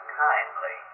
kindly